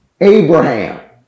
Abraham